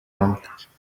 hamwe